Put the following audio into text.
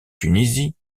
tunisie